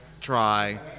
try